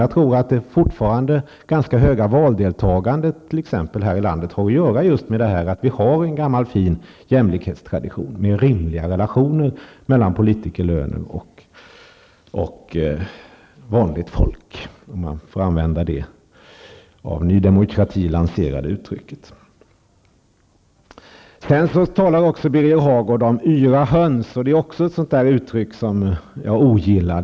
Jag tror att det fortfarande ganska höga valdeltagandet här i landet har att göra med just det att vi har en gammal fin jämlikhetstradition med rimliga relationer mellan politikerlöner och lönerna för vanligt folk -- om man får använda det av Ny Demokrati lanserade uttrycket. Sedan talar Birger Hagård också om yra höns. Det är också ett uttryck som jag ogillar.